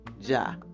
Ja